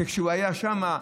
כשהוא היה שם,